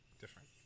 different